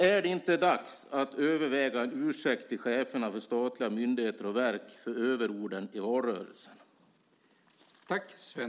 Är det inte dags att överväga en ursäkt till cheferna för statliga myndigheter och verk för överorden i valrörelsen?